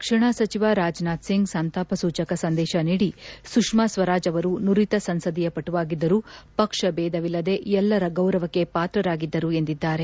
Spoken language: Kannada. ರಕ್ಷಣಾ ಸಚಿವ ರಾಜ್ನಾಥ್ ಸಿಂಗ್ ಸಂತಾಪ ಸೂಚಕ ಸಂದೇಶ ನೀಡಿ ಸುಷ್ಕಾ ಸ್ವರಾಜ್ ಅವರು ನುರಿತ ಸಂಸದೀಯ ಪಟುವಾಗಿದ್ದರು ಪಕ್ಷಬೇಧವಿಲ್ಲದೆ ಎಲ್ಲರ ಗೌರವಕ್ಷೆ ಪಾತ್ರರಾಗಿದ್ದರು ಎಂದಿದ್ದಾರೆ